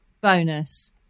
Bonus